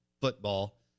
football